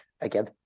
again